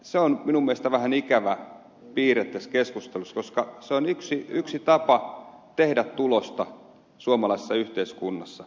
se on minun mielestäni vähän ikävä piirre tässä keskustelussa koska se on yksi tapa tehdä tulosta suomalaisessa yhteiskunnassa